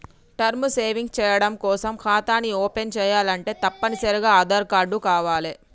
term savings చెయ్యడం కోసం ఖాతాని ఓపెన్ చేయాలంటే తప్పనిసరిగా ఆదార్ కార్డు కావాలే